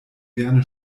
gerne